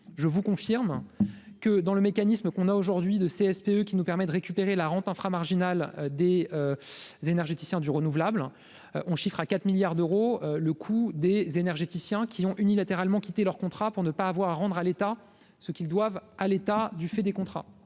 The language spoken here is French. je vous confirme que dans le mécanisme qu'on a aujourd'hui de CSPE qui nous permet de récupérer la rente infra-marginal des énergéticiens du renouvelable, on chiffre à 4 milliards d'euros le coût des énergéticiens qui ont unilatéralement quitter leur contrat pour ne pas avoir à rendre à l'État ce qu'ils doivent à l'État, du fait des contrats,